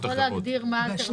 אתה יכול להגדיר מה האלטרנטיבות?